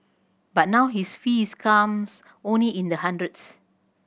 but now his fees comes only in the hundreds